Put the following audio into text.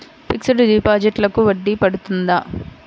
Fixed డిపాజిట్లకు వడ్డీ పడుతుందా?